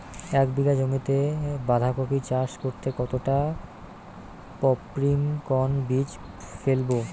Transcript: এক বিঘা জমিতে বাধাকপি চাষ করতে কতটা পপ্রীমকন বীজ ফেলবো?